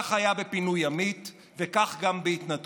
כך היה בפינוי ימית וכך גם בהתנתקות.